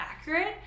accurate